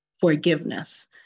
forgiveness